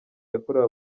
yakorewe